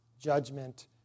judgment